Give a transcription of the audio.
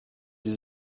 sie